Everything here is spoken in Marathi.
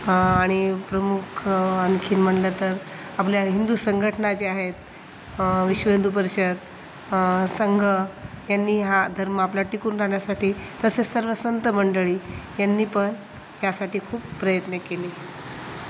आणि प्रमुख आणखी म्हटलं तर आपल्या हिंदू संघटना ज्या आहेत विश्व हिंदू परिषद संघ यांनी हा धर्म आपला टिकून राहण्यासाठी तसेच सर्व संतमंडळी यांनीपण यासाठी खूप प्रयत्न केले